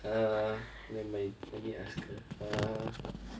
err nevermind let me ask her uh